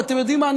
ואתם יודעים מה,